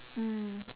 mm